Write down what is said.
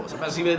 because we